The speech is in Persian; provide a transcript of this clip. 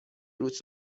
روت